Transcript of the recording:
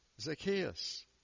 Zacchaeus